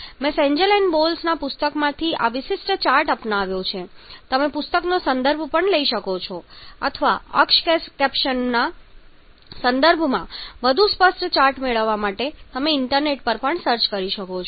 મેં સેન્જેલ અને બોલ્સ ના પુસ્તકમાંથી આ વિશિષ્ટ ચાર્ટ અપનાવ્યો છે તમે પુસ્તકનો સંદર્ભ પણ લઈ શકો છો અથવા અક્ષ કૅપ્શનના સંદર્ભમાં વધુ સ્પષ્ટ ચાર્ટ મેળવવા માટે તમે ઇન્ટરનેટ પર સર્ચ કરી શકો છો